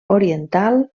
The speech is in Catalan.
oriental